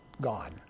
gone